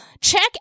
Check